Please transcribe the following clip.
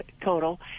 total